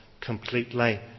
completely